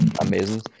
amazing